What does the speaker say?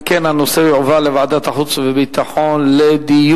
אם כן, הנושא יועבר לוועדת החוץ והביטחון לדיון.